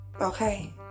Okay